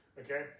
Okay